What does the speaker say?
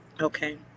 Okay